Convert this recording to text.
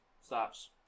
stops